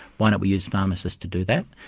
why don't we use pharmacists to do that?